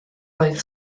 oedd